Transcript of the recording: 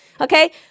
Okay